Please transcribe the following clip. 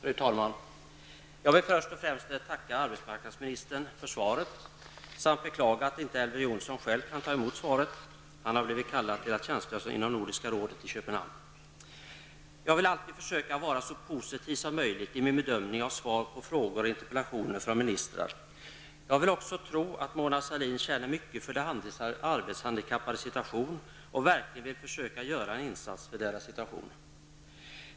Fru talman! Jag vill först och främst tacka arbetsmarknadsministern för svaret samt beklaga att inte Elver Jonsson själv kan ta emot det. Han har blivit kallad till att tjänstgöra inom Nordiska rådet i Köpenhamn. Jag försöker alltid vara så positiv som möjligt i min bedömning av ministrars svar på frågor och interpellationer. Jag vill också tro att Mona Sahlin känner mycket starkt för de arbetshandikappades situation och att hon verkligen vill försöka göra en insats för dem.